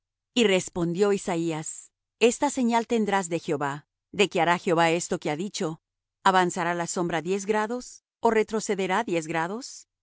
y respondió isaías esta señal tendrás de jehová de que hará jehová esto que ha dicho avanzará la sombra diez grados ó retrocederá diez grados